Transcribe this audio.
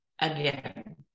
again